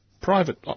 private